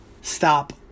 Stop